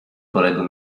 kolegę